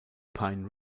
pine